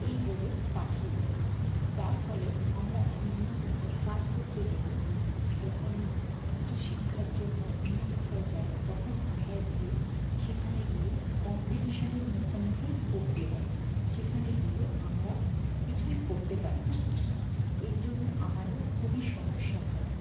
এই বলে পাঠিয়ে দেয় যার ফলে আমরা অন্য কোথাও কাজ করতে গেলে যখন উচ্চশিক্ষার জন্য অন্য কোথাও যাই তখন আমরা গিয়ে সেখানে গিয়ে কম্পিটিশনের মুখোমুখি পড়তে হয় সেখানে গিয়ে আমরা কিছুই করতে পারি না এই জন্য আমাদের খুবই সমস্যা হয়